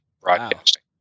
broadcasting